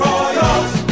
Royals